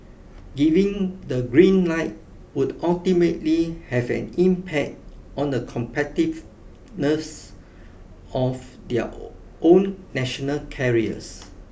giving the green light would ultimately have an impact on the competitiveness of their own national carriers